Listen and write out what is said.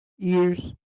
ears